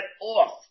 off